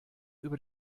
über